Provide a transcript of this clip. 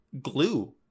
glue